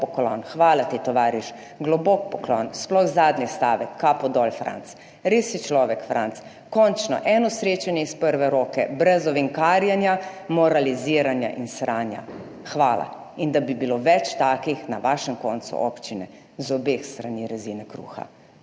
hvala ti tovariš, globok poklon, sploh zadnji stavek, kapo dol, Franc, res si človek, Franc! Končno eno srečanje iz prve roke, brez ovinkarjenja, moraliziranja in sranja. Hvala! In da bi bilo več takih na vašem koncu občine z obeh strani! Rezine kruha?